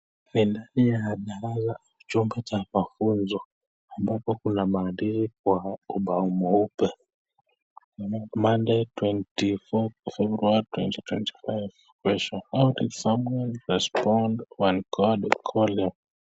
Ni ndani ya darasa, chumba cha mafunzo ambapo kuna maandishi kwa ubao mweupe; Monday 24th February 2025. Question: How did Samuel respond when God called him?